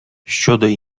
щодо